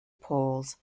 polls